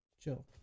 chill